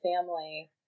family